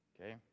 Okay